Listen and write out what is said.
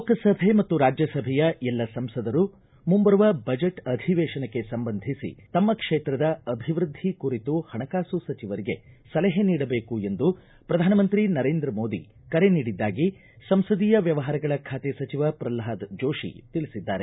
ಲೋಕಸಭೆ ಮತ್ತು ರಾಜ್ಯಸಭೆಯ ಎಲ್ಲ ಸಂಸದರು ಮುಂಬರುವ ಬಜೆಟ್ ಅಧಿವೇತನಕ್ಕೆ ಸಂಬಂಧಿಸಿ ತಮ್ಮ ಕ್ಷೇತ್ರದ ಅಭಿವೃದ್ಧಿ ಕುರಿತು ಹಣಕಾಸು ಸಚಿವರಿಗೆ ಸಲಹೆ ನೀಡಬೇಕು ಎಂದು ಪ್ರಧಾನಮಂತ್ರಿ ನರೇಂದ್ರ ಮೋದಿ ಕರೆ ನೀಡಿದ್ದಾಗಿ ಸಂಸದೀಯ ವ್ಯವಹಾರಗಳ ಬಾತೆ ಸಚಿವ ಪ್ರಲ್ನಾದ ಜೋಶಿ ತಿಳಿಸಿದ್ದಾರೆ